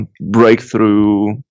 breakthrough